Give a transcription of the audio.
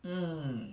mm